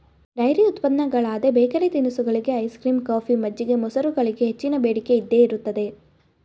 dairy ಉತ್ಪನ್ನಗಳಾದ bakery ತಿನಿಸುಗಳಿಗೆ, ice cream, coffee, ಮಜ್ಜಿಗೆ, ಮೊಸರುಗಳಿಗೆ ಹೆಚ್ಚಿನ ಬೇಡಿಕೆ ಇದ್ದೇ ಇರುತ್ತದೆ